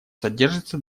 содержится